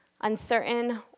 uncertain